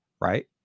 Right